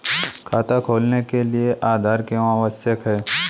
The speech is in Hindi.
खाता खोलने के लिए आधार क्यो आवश्यक है?